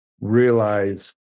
realize